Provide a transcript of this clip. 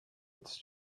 its